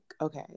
okay